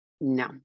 No